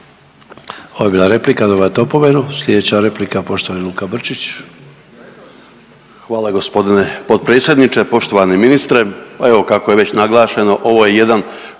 Ovo je bila replika, dobivate opomenu. Sljedeća replika, poštovani Luka Brčić. **Brčić, Luka (HDZ)** Hvala g. potpredsjedniče, poštovani ministre. Evo kako je već naglašeno, ovo je jedan